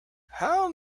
how